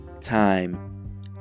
time